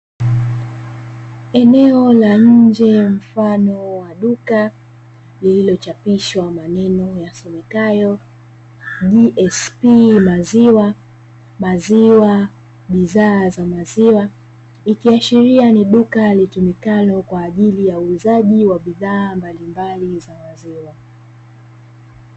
Eneo la nje mfano wa duka lililochapishwa maneno yasomekayo gsp maziwa, maziwa, bidhaa za maziwa ikiashiria ni duka litumikalo kwa ajili ya uuzaji wa bidhaa mbalimbali za maziwa.